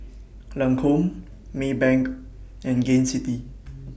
Lancome Maybank and Gain City